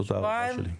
זאת הערכה שלי.